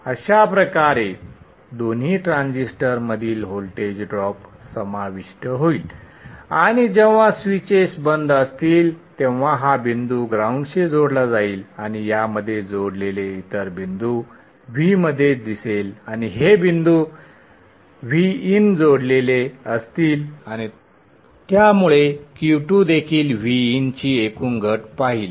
अशा प्रकारे दोन्ही ट्रान्झिस्टरमधील व्होल्टेज ड्रॉप समाविष्ट होईल आणि जेव्हा स्विचेस बंद असतील तेव्हा हा बिंदू ग्राउंडशी जोडला जाईल आणि यामध्ये जोडलेले इतर बिंदू V मध्ये दिसेल आणि हे बिंदू Vin जोडलेले असतील आणि त्यामुळे Q2 देखील Vin ची एकूण घट पाहतील